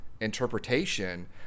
interpretation